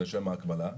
לשם ההקבלה.